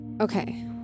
Okay